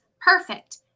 perfect